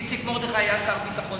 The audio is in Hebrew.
איציק מרדכי היה שר הביטחון,